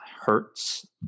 hurts